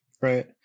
right